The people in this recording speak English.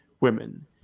women